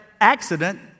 accident